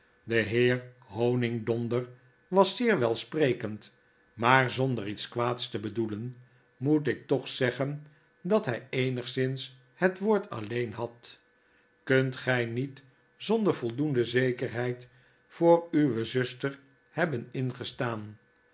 e heer honigdonder was zeer welsprekend maar zonder iets fwaads te bedoelen moet ik toch zeggen dat hy eenigszins het woord alleen had kunt gy niet zonder voldoende zekerheid voor uwe zuster hebben ingestaan